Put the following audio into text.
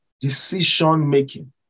decision-making